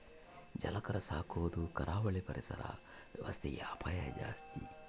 ಜಲಚರ ಸಾಕೊದು ಕರಾವಳಿ ಪರಿಸರ ವ್ಯವಸ್ಥೆಗೆ ಅಪಾಯ ಜಾಸ್ತಿ